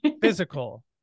physical